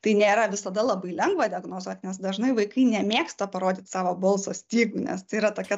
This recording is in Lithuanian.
tai nėra visada labai lengva diagnozuot nes dažnai vaikai nemėgsta parodyt savo balso stygų nes tai yra tokia